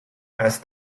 asked